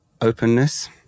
Openness